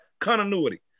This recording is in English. continuity